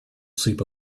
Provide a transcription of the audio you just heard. sleep